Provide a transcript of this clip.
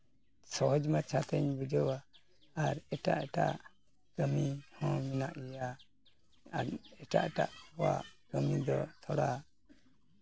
ᱥᱚᱦᱚᱡᱽ ᱢᱟᱪᱷᱟ ᱛᱤᱧ ᱵᱩᱡᱷᱟᱹᱣᱟ ᱟᱨ ᱮᱴᱟᱜ ᱮᱴᱟᱜ ᱠᱟᱹᱢᱤ ᱦᱚᱸ ᱢᱮᱱᱟᱜ ᱜᱮᱭᱟ ᱟᱨ ᱮᱴᱟᱜ ᱮᱴᱟᱜ ᱠᱚᱣᱟᱜ ᱠᱟᱹᱢᱤ ᱫᱚ ᱛᱷᱚᱲᱟ